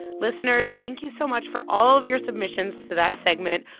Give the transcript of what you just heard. listeners, thank you so much for all of your submissions to that segment.